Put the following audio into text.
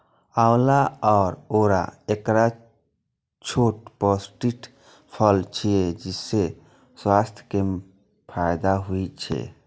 आंवला या औरा एकटा छोट पौष्टिक फल छियै, जइसे स्वास्थ्य के फायदा होइ छै